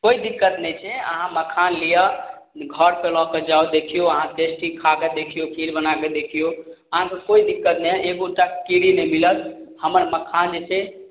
कोइ दिक्कत नहि छै अहाँ मखान लिअ घरपर लऽ कऽ जाउ देखियौ अहाँ टेस्टी खा कऽ देखियौ खीर बना कऽ देखियौ अहाँके कोइ दिक्कत नहि हइ एकोटा कीड़ी नहि मिलत हमर मखान जे छै